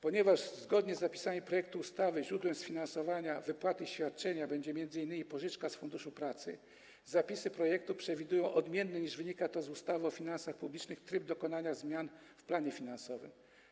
Ponieważ zgodnie z zapisami projektu ustawy źródłem finansowania wypłaty świadczenia będzie m.in. pożyczka z Funduszu Pracy, zapisy projektu przewidują odmienny, niż wynika to z ustawy o finansach publicznych, tryb dokonania zmian w planie finansowym.